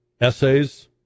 Essays